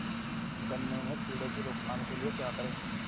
गन्ने में कीड़ों की रोक थाम के लिये क्या करें?